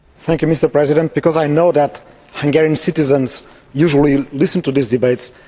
thank you, mr president. because i know that hungarian citizens usually listen to these debates,